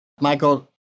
Michael